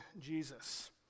Jesus